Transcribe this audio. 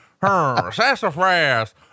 Sassafras